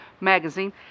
magazine